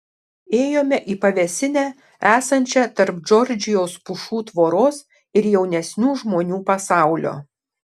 ėjome į pavėsinę esančią tarp džordžijos pušų tvoros ir jaunesnių žmonių pasaulio